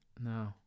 No